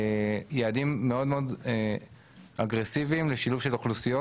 יעדים מאוד אגרסיביים לשילוב של אוכלוסיות